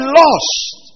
lost